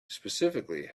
specifically